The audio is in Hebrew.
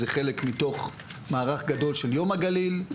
זה חלק מיום מערך גדול של יום הגליל,